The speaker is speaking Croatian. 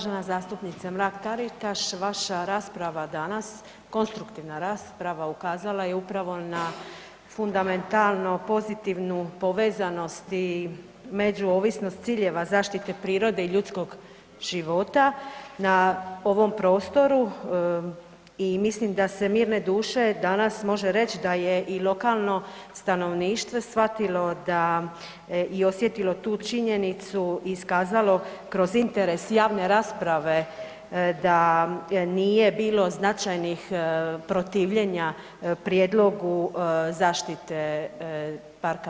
Uvažena zastupnice Mrak Taritaš, vaša rasprava danas, konstruktivna rasprava ukazala je upravo na fundamentalo pozitivnu povezanost i međuovisnost ciljeva zaštite prirode i ljudskog života na ovom prostoru i mislim da se mirne duše danas može reći da je i lokalno stanovništvo shvatilo da i osjetilo tu činjenicu i iskazalo kroz interes javne rasprave da nije bilo značajnih protivljenja prijedlogu zaštite parka Dinare.